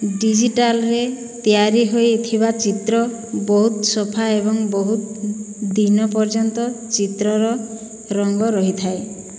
ଡିଜିଟାଲରେ ତିଆରି ହୋଇଥିବା ଚିତ୍ର ବହୁତ ସଫା ଏବଂ ବହୁତ ଦିନ ପର୍ଯ୍ୟନ୍ତ ଚିତ୍ରର ରଙ୍ଗ ରହିଥାଏ